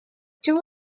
two